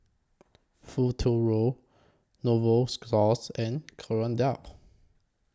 Futuro Novosource and Kordel's